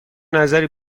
نظری